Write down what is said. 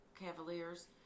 Cavaliers